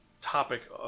topic